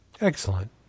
Excellent